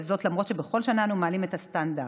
וזאת למרות שבכל שנה אנו מעלים את הסטנדרט.